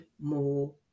more